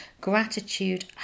gratitude